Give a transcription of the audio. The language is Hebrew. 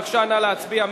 בבקשה, נא להצביע.